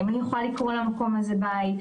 האם אני אוכל לקרוא למקום הזה בית,